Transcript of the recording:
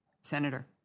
Senator